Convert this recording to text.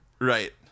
Right